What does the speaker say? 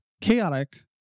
chaotic